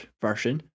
version